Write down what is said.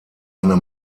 eine